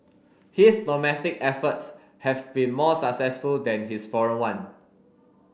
his domestic efforts have been more successful than his foreign one